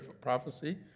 prophecy